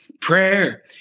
Prayer